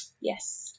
Yes